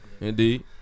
Indeed